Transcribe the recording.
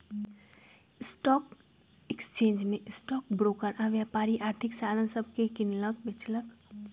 stock exchange में stock broker आऽ व्यापारी आर्थिक साधन सभके किनलक बेचलक